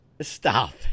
Stop